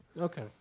Okay